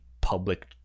public